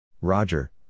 Roger